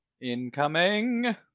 Incoming